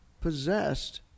possessed